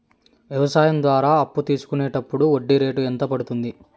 వ్యవసాయం ద్వారా అప్పు తీసుకున్నప్పుడు వడ్డీ రేటు ఎంత పడ్తుంది